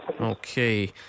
Okay